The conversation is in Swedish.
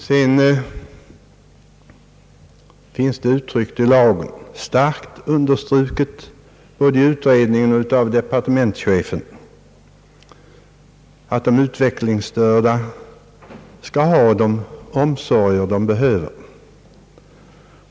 Sedan finns det uttryckt i lagen och starkt understruket både i utredningen och av departementschefen, att de utvecklingsstörda skall få de omsorger de behöver.